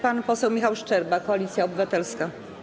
Pan poseł Michał Szczerba, Koalicja Obywatelska.